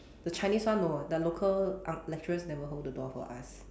the Chinese one no the local uh lecturers never hold the door for us